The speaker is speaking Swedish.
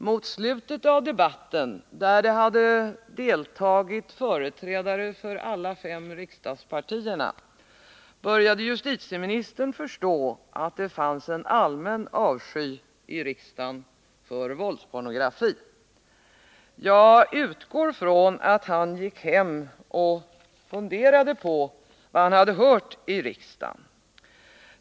Mot slutet av debatten, då det hade deltagit företrädare för alla de fem riksdagspartierna, började justitieministern förstå att det fanns en allmän avsky i riksdagen för våldspornografi. Jag utgår ifrån att han gick hem och funderade över vad han hade hört i riksdagen.